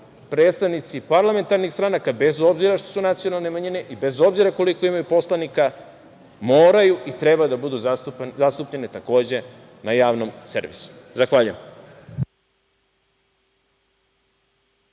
predstavnici parlamentarnih stranaka, bez obzira što su nacionalne manjine i bez obzira koliko imaju poslanika moraju i trebaju da budu zastupljene, takođe, na javnom servisu. Zahvaljujem.